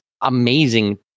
amazing